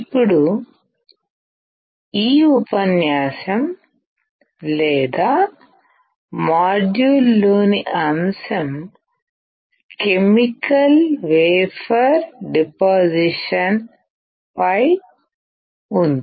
ఇప్పుడు ఈ ఉపన్యాసం లేదా మాడ్యూల్లోని అంశం కెమికల్ వేపర్ డిపాసిషన్ పై ఉంది